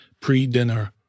pre-dinner